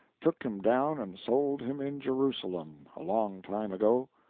took him down and sold him in jerusalem, a long time ago.